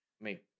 make